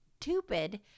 stupid